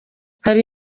hari